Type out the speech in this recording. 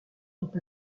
sont